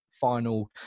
final